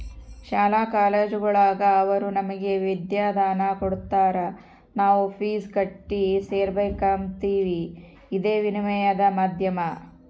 ಶಾಲಾ ಕಾಲೇಜುಗುಳಾಗ ಅವರು ನಮಗೆ ವಿದ್ಯಾದಾನ ಕೊಡತಾರ ನಾವು ಫೀಸ್ ಕಟ್ಟಿ ಸೇರಕಂಬ್ತೀವಿ ಇದೇ ವಿನಿಮಯದ ಮಾಧ್ಯಮ